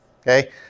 okay